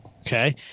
Okay